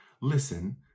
listen